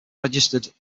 registered